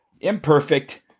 imperfect